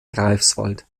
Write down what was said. greifswald